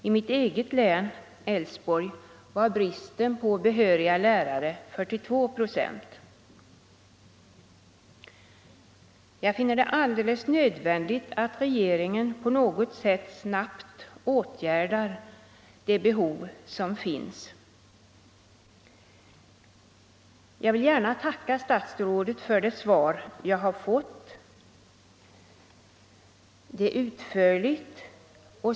I mitt eget län, Älvsborgs, var bristen på behöriga lärare 42 procent. Jag finner det därför helt nödvändigt att regeringen snabbt åtgärdar detta behov. Jag vill gärna tacka herr statsrådet för det utförliga svar jag fått.